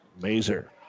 Mazer